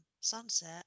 sunset